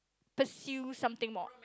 pursue something more